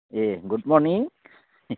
A good morning